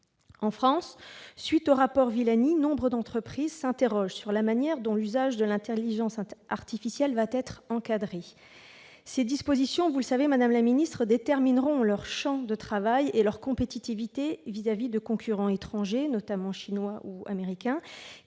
En France, suite au rapport Villani, nombre d'entreprises s'interrogent sur la manière dont l'usage de l'intelligence artificielle va être encadré. Ces dispositions, vous le savez, madame la secrétaire d'État, détermineront leur champ de travail et leur compétitivité à l'égard de concurrents étrangers, comme la Chine et les